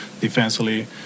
Defensively